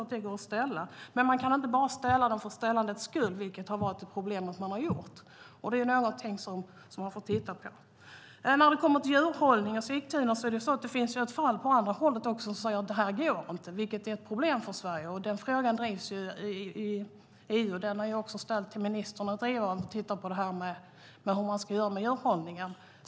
Men frågorna ska inte ställas enbart för frågandets skull, vilket har varit ett problem. Det är något som man får titta på. Sedan var det frågan om djurhållningen i Sigtuna. Det finns ett fall där man menar att det inte går, vilket är ett problem för Sverige. Frågan drivs i EU. Ministern ska driva frågan om djurhållning.